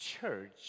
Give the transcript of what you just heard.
church